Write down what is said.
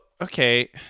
okay